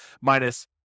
minus